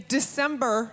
December